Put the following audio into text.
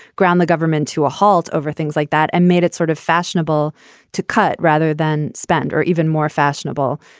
ground the government to a halt over things like that and made it sort of fashionable to cut rather than spend or even more fashionable.